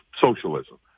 socialism